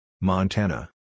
Montana